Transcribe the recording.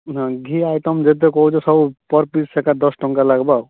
ହଁ ଘି ଆଇଟମ୍ ଯେତେ କହୁଛ ସବୁ ପର ପିସ୍ ସେଟା ଦଶ୍ ଟଙ୍ଗା ଲାଗବା ଆଉ